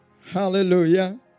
Hallelujah